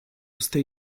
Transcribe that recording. stay